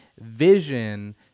vision